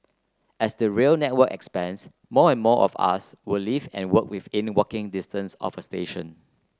as the rail network expands more and more of us will live and work within walking distance of a station